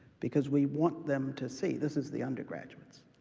because we want them to see this is the undergraduates